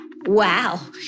Wow